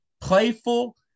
playful